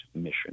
mission